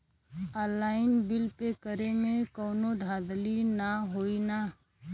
Online bill pay करे में कौनो धांधली ना होई ना?